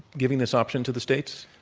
giving this option to the states?